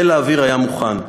חיל האוויר היה מוכן,